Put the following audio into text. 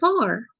far